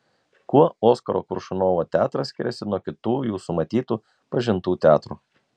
kuo oskaro koršunovo teatras skiriasi nuo kitų jūsų matytų pažintų teatrų